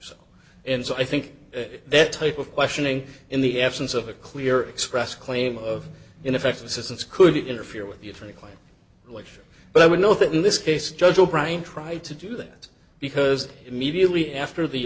so and so i think that type of questioning in the absence of a clear expressed claim of ineffective assistance could interfere with the attorney client relationship but i would note that in this case judge o'brien tried to do that because immediately after the